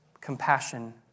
compassion